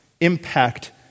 impact